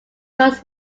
knows